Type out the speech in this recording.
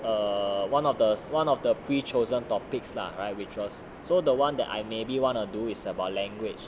err one of the one of the pre chosen topics lah right we choose so the one that I maybe wanna do is about language